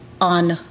on